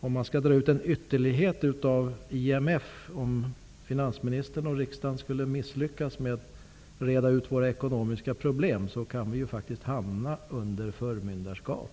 Drivet till sin ytterlighet innebär ju detta att vi, om finansministern och riksdagen skulle misslyckas med att reda ut våra ekonomiska problem, faktiskt kan hamna under IMF:s förmyndarskap.